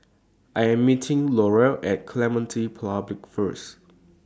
I Am meeting Laurel At Clementi Public First